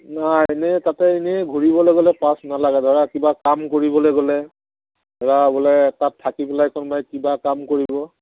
নাই এনেই তাতে এনেই ঘূৰিবলে গ'লে পাছ নালাগে ধৰা কিবা কাম কৰিবলে গ'লে ধৰা বোলে তাত থাকি পেলাই কোনবাই কিবা কাম কৰিব